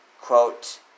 Quote